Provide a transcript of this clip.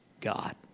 God